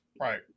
Right